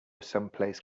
someplace